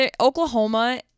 Oklahoma